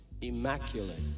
immaculate